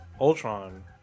Ultron